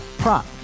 prop